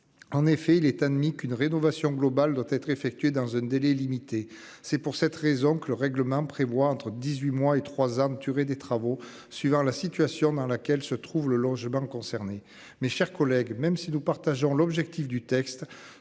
En effet, il est admis qu'une rénovation globale doit être effectué dans un délai limité. C'est pour cette raison que le règlement prévoit entre 18 mois et 3. Durée des travaux suivant la situation dans laquelle se trouve le logement concerné. Mes chers collègues, même si nous partageons l'objectif du texte,